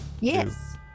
Yes